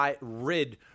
rid